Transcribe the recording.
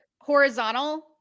horizontal